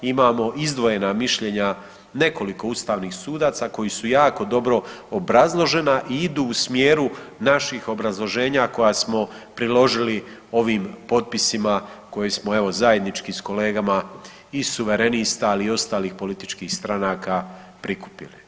Imamo izdvojena mišljenja nekoliko ustavnih sudaca koja su jako dobro obrazložena i idu u smjeru naših obrazloženja koja smo priložili ovim potpisima koje smo evo zajednički s kolegama i Suverenista, ali i ostalih političkih stranaka prikupili.